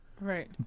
Right